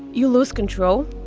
you lose control.